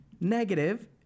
negative